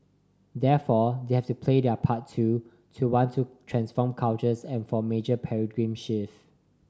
therefore they have to play their part too to want to transform cultures and for a major paradigm shift